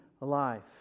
life